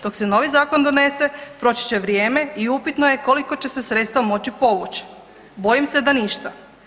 Dok se novi zakon donese proći će vrijeme i upitno je koliko će se sredstva moći povući, bojim se da ništa.